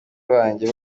banjye